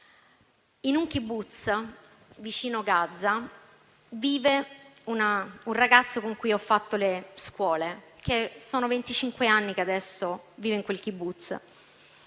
In un *kibbutz* vicino Gaza vive un ragazzo con cui ho fatto le scuole; sono venticinque anni che adesso vive in quel *kibbutz*.